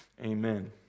Amen